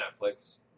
Netflix